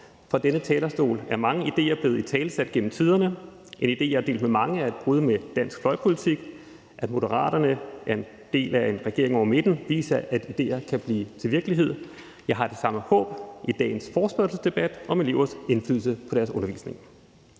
Fra denne talerstol er mange idéer blevet italesat gennem tiderne. En idé, jeg har delt med mange, er et brud med dansk fløjpolitik. At Moderaterne er en del af en regering over midten viser, at idéer kan blive til virkelighed. Jeg har det samme håb i dagens forespørgselsdebat om elevers indflydelse på deres undervisning.